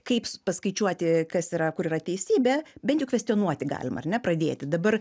kaip paskaičiuoti kas yra kur yra teisybė bet jau kvestionuoti galima ar ne pradėti dabar